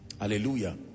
hallelujah